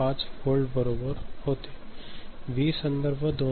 5 volt बरोबर होते V संदर्भ 2